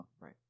right